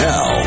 Now